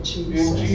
Jesus